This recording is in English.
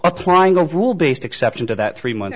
applying a rule based exception to that three month